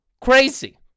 crazy